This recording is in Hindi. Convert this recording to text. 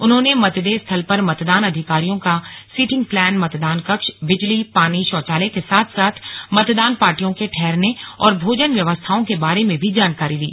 उन्होंने मतदेय स्थल पर मतदान अधिकारियों का सीटिंग प्लान मतदान कक्ष बिजली पानी शौचालय के साथ साथ मतदान पार्टियों के ठहरने और भोजन व्यवस्थाओं के बारे में भी जानकारी ली